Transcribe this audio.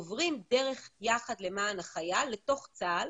עוברות דרך "יחד למען החייל" לתוך צה"ל,